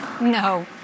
No